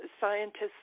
scientists